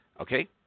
Okay